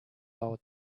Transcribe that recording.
lower